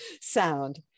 sound